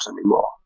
anymore